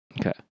Okay